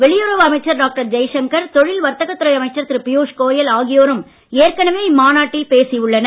வெளியுறவு அமைச்சர் டாக்டர் ஜெயசங்கர் தொழில் வர்த்தக துறை அமைச்சர் திரு பியூஷ் கோயல் ஆகியோரும் ஏற்கனவெ இம்மாநாட்டில் பேசி உள்ளனர்